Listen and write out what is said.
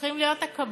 הופכים להיות הקבלנים,